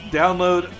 download